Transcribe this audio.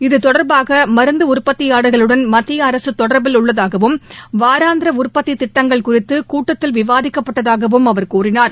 இதுதொடர்பாகமருந்துஉற்பத்தியாளர்களுடன் மத்தியஅரசுதொடர்பில் உள்ளதாகவும் வாரந்திரஉற்பத்திதிட்டங்கள் குறித்துகூட்டத்தில் விவாதிக்கப்பட்டதாகவும் அவர் கூறினார்